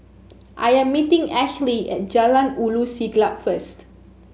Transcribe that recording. I am meeting Ashley at Jalan Ulu Siglap first